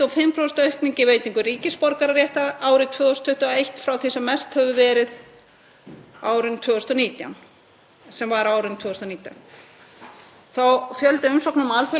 Fjöldi umsókna um alþjóðlega vernd var árið 2021 872, en gera má ráð fyrir fleiri umsækjendum 2022 samhliða tíðari ferðum til landsins.